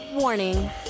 Warning